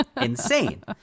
insane